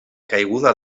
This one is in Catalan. caiguda